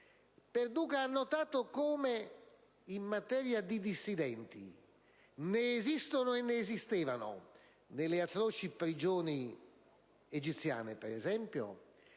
Perduca ha notato come, in materia di dissidenti, che esistono e ne esistevano, nelle atroci prigioni - per esempio